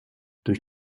durch